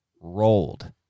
rolled